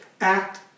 act